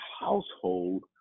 household